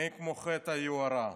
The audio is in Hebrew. אין כמו חטא היוהרה.